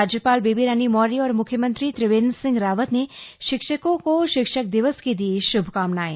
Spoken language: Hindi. राज्यपाल बेबी रानी मौर्य और मुख्यमंत्री त्रिवेंद्र सिंह रावत ने शिक्षकों को शिक्षक दिवस की दी श्भकामनाएं